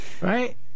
right